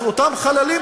אז אותם חללים,